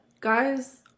guys